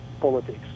politics